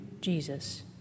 Jesus